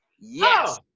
yes